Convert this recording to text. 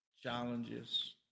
challenges